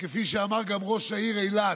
וכפי שאמר גם ראש העיר אילת,